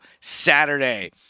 Saturday